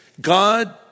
God